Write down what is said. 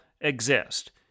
exist